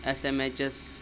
S M H S